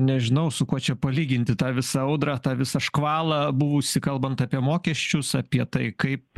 nežinau su kuo čia palyginti tą visą audrą tą visą škvalą buvusį kalbant apie mokesčius apie tai kaip